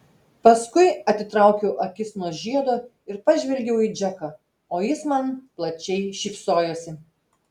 paskui atitraukiau akis nuo žiedo ir pažvelgiau į džeką o jis man plačiai šypsojosi